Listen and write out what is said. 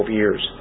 years